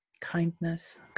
kindness